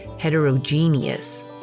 heterogeneous